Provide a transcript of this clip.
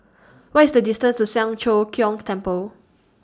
What IS The distance to Siang Cho Keong Temple